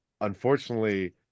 unfortunately